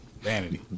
Vanity